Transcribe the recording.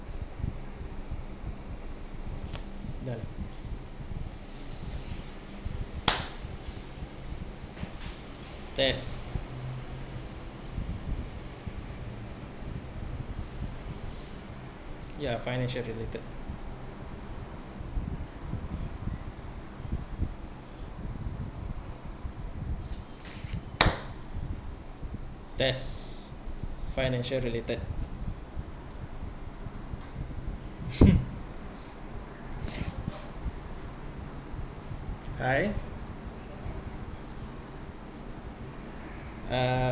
done test ya financial related test financial related I uh